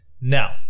Now